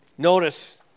Notice